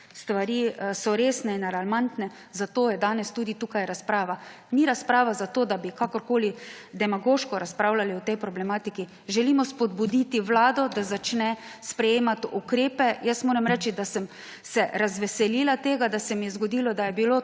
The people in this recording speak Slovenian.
stvari resne in alarmantne, zato je danes tudi tukaj razprava. Ni razprava zato, da bi kakorkoli demagoško razpravljali o tej problematiki. Želimo spodbuditi Vlado, da začne sprejemati ukrepe. Moram reči, da sem se razveselila tega, da se mi je zgodilo, da je bilo